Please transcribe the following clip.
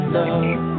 love